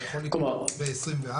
זה יכול לקרות ב-2024.